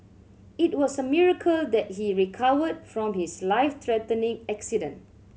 it was a miracle that he recovered from his life threatening accident